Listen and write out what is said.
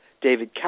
David